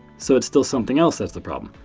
so it's still something else that's the problem.